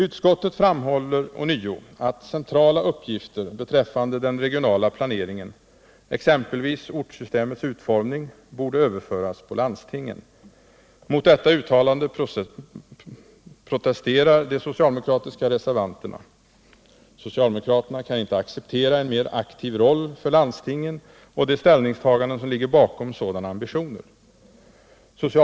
Utskottet framhåller ånyo att centrala uppgifter beträffande den regionala planeringen, exempelvis ortssystemets utformning, borde överföras på landstingen. Mot detta uttalande protesterar de socialdemokratiska reservanterna. Socialdemokraterna kan inte acceptera en mer aktiv roll för landstingen och de ställningstaganden som ligger bakom sådana ambitioner.